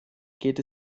geht